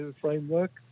framework